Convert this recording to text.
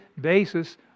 basis